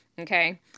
Okay